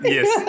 Yes